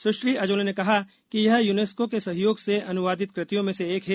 सुश्री Azoulay ने कहा कि यह यूनेस्को के सहयोग से अनुवादित कृतियों में से एक है